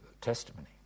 testimony